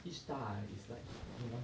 each star is like you know